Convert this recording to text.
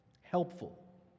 Helpful